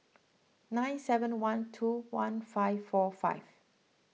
nine seven one two one five four five